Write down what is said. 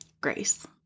Grace